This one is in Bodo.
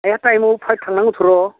आया थाइमाव फाइब थांनांगोनथ' र'